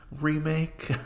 remake